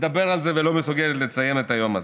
לדבר על זה, ולא מסוגלת לציין את היום הזה.